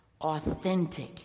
Authentic